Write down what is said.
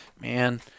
man